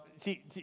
See